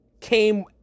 came